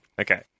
okay